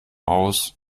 aus